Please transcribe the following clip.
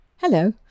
Hello